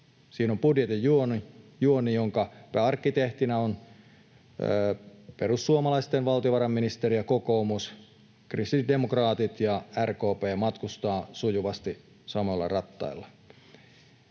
Siinä on budjetin juoni — juoni, jonka pääarkkitehtinä on perussuomalaisten valtiovarainministeri, ja kokoomus, kristillisdemokraatit ja RKP matkustavat sujuvasti samoilla rattailla.